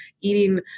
eating